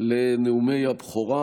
לנאומי הבכורה.